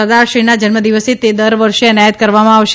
સરદારશ્રીના જન્મદિવસે તે દર વર્ષે એનાયત કરવામાં આવશે